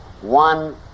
One